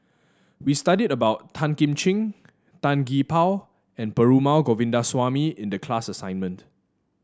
we studied about Tan Kim Ching Tan Gee Paw and Perumal Govindaswamy in the class assignment